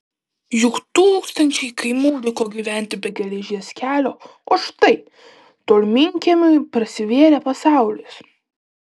juk tūkstančiai kaimų liko gyventi be geležies kelio o štai tolminkiemiui prasivėrė pasaulis